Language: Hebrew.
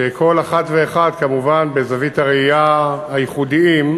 שכל אחד ואחת, כמובן בזווית הראייה הייחודית,